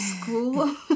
school